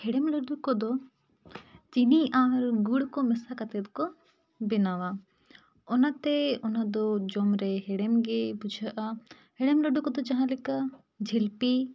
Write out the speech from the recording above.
ᱦᱮᱲᱮᱢ ᱞᱟᱹᱰᱩ ᱠᱚᱫᱚ ᱪᱤᱱᱤ ᱟᱨ ᱜᱩᱲ ᱠᱚ ᱢᱮᱥᱟ ᱠᱟᱛᱮᱫ ᱠᱚ ᱵᱮᱱᱟᱣᱟ ᱚᱱᱟᱛᱮ ᱚᱱᱟ ᱫᱚ ᱡᱚᱢ ᱨᱮ ᱦᱮᱲᱮᱢ ᱜᱮ ᱵᱩᱡᱷᱟᱹᱜᱼᱟ ᱦᱮᱲᱮᱢ ᱞᱟᱹᱰᱩ ᱠᱚᱫᱚ ᱡᱟᱦᱟᱸ ᱞᱮᱠᱟ ᱡᱷᱤᱞᱯᱤ